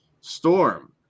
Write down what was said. storm